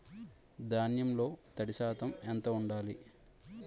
ధాన్యంలో తడి శాతం ఎంత ఉండాలి?